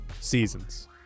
seasons